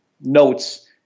notes